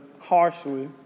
harshly